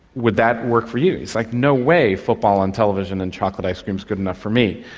would that work for you? he's like, no way football on television and chocolate ice cream is good enough for me.